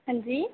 हां जी